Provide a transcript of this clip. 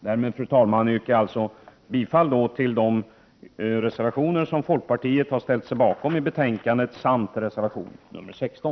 Därmed, fru talman, yrkar jag bifall till de reservationer till betänkandet som folkpartiet har ställt sig bakom samt till reservation nr 16.